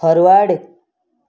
forward